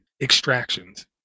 extractions